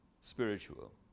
spiritual